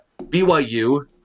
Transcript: BYU